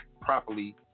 properly